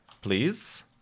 please